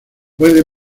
puede